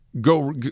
go